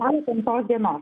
spalio penktos dienos